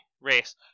race